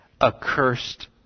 Accursed